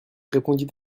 répondit